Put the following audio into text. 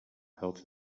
health